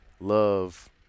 love